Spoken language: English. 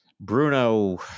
Bruno